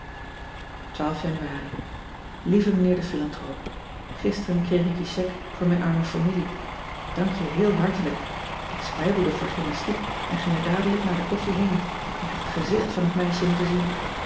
anuari ieve ijnheer de hilantroop isteren kreeg ik je chèque voor mijn arme familie ank je heel hartelijk k spijbelde voor gymnastiek en ging er dadelijk na de koffie heen en je had het gezicht van hot meisje moeten zien